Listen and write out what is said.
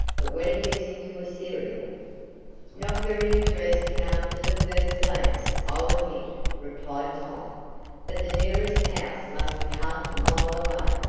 but when it gets into a serial not very interesting after the first glance, i'll admit, replied tom but the nearest house must be half a mile away.